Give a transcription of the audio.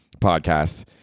podcast